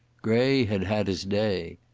gray had had his day.